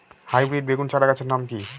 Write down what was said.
Hybrid বেগুন চারাগাছের নাম কি?